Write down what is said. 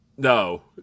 No